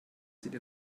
zieht